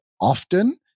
often